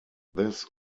this